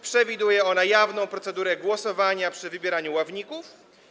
Przewiduje ona jawną procedurę głosowania przy wybieraniu ławników.